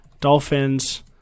Dolphins